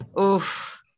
Oof